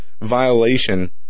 violation